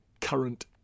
current